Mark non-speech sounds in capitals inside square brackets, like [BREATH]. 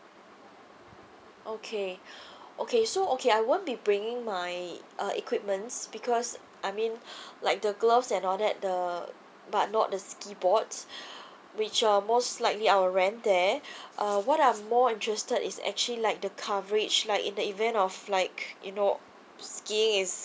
okay okay so okay I won't be bringing my uh equipments because I mean [BREATH] like the gloves and all that the but not the ski boards [BREATH] which uh most likely I'll rent there uh what I'm more interested is actually like the coverage like in the event of like you know skiing is